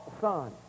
son